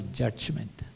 judgment